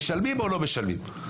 משלמים או לא משלמים?